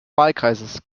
wahlkreises